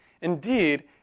Indeed